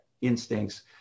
instincts